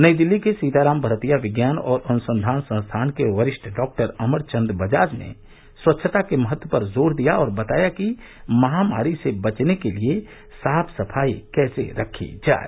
नई दिल्ली के सीताराम भरतीया विज्ञान और अनुसंधान संस्थान के वरिष्ठ डॉक्टर अमर चंद बजाज ने स्वच्छता के महत्व पर जोर दिया और बताया कि महामारी से बचने के लिए साफ सफाई कैसे रखी जाए